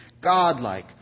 Godlike